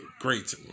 great